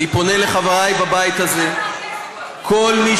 אני פונה לחברי בבית הזה: כל מי